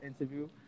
interview